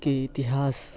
के इतिहास